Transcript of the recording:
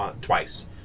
twice